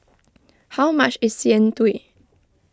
how much is Jian Dui